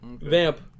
Vamp